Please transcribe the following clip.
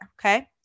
Okay